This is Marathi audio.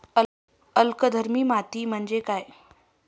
अल्कधर्मी माती म्हणजे काय?